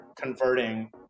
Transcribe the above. converting